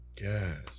yes